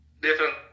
Different